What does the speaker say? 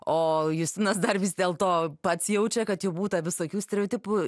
o justinas dar vis dėlto pats jaučia kad jau būta visokių stereotipų